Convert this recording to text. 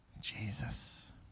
jesus